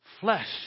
flesh